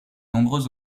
nombreux